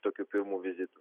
tokių pirmų vizitų